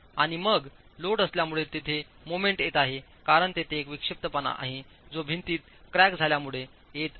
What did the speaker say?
आणि मग लोड असल्यामुळे तेथे मोमेंट येत आहे कारण तेथे एक विक्षिप्तपणा आहे जो भिंतीत क्रॅक झाल्यामुळे येत आहे